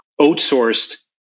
outsourced